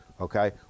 Okay